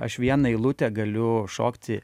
aš vieną eilutę galiu šokti